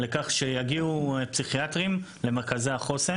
לכך שיגיעו פסיכיאטרים למרכזי החוסן